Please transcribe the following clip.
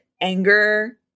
anger